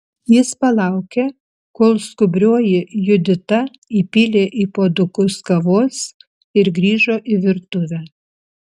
jis palaukė kol skubrioji judita įpylė į puodukus kavos ir grįžo į virtuvę